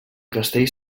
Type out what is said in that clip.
castell